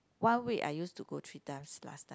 one week I used to go three times last time